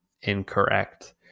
incorrect